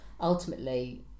ultimately